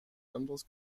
anderes